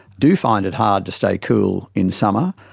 do find it hard to stay cool in summer,